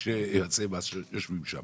יש יועצי מס שיושבים שם